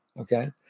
okay